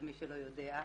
למי שלא יודע.